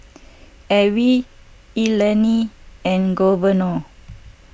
Alvie Eleni and Governor